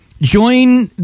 Join